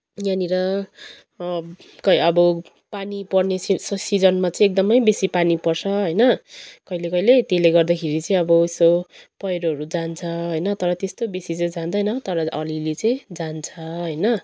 यहाँनिर अब कै अब पानी पर्ने सि सिजनमा चाहिँ एकदमै बेसी पानी पर्छ होइन कहिले कहिले त्यसले गर्दाखेरि चाहिँ अब यसो पहिरोहरू जान्छ होइन तर त्यस्तो बेसा चाहिँ जान्दैन तर अलि अलि चाहिँ जान्छ होइन